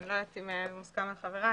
אני לא יודעת אם הוא מוסכם על חבריי.